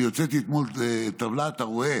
אני הוצאתי אתמול טבלה, ואתה רואה